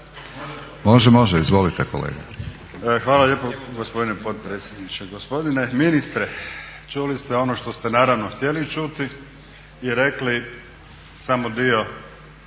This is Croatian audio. **Popijač, Đuro (HDZ)** Hvala lijepo gospodine potpredsjedniče. Gospodine ministre čuli ste ono što ste naravno htjeli čuti i rekli samo dio